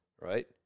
right